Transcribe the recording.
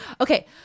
Okay